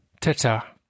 Ta-ta